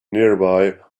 nearby